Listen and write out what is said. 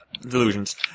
delusions